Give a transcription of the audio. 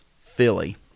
Philly